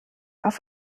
auf